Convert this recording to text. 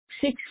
six